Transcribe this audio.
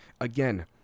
Again